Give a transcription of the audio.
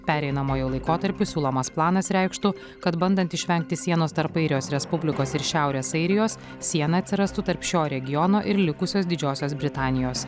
pereinamojo laikotarpiu siūlomas planas reikštų kad bandant išvengti sienos tarp airijos respublikos ir šiaurės airijos siena atsirastų tarp šio regiono ir likusios didžiosios britanijos